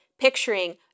picturing